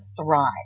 thrive